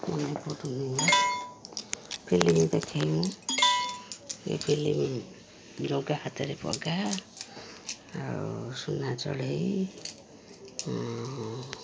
ବହୁତ ଦୁନଆ ଫିଲ୍ମ ଦେଖେଇ ମୁଁ ଏ ଫିଲ୍ମ ଜଗା ହାତରେ ପଘା ଆଉ ସୁନା ଚଢ଼େଇ ଆଉ